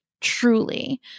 truly